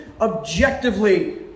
objectively